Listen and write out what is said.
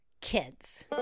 kids